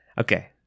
Okay